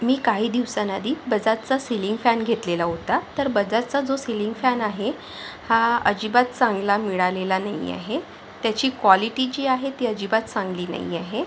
मी काही दिवसांआधी बजाजचा सिलिंग फॅन घेतलेला होता तर बजाजचा जो सिलिंग फॅन आहे हा अजिबात चांगला मिळालेला नाही आहे त्याची क्वालिटी जी आहे ती अजिबात चांगली नाही आहे